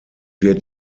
wird